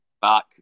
back